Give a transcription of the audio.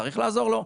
צריך לעזור לו.